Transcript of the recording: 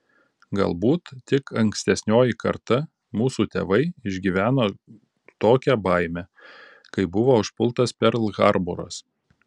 galbūt tik ankstesnioji karta mūsų tėvai išgyveno tokią baimę kai buvo užpultas perl harboras